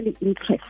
interest